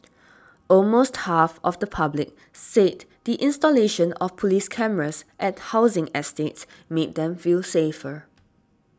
almost half of the public said the installation of police cameras at housing estates made them feel safer